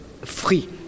free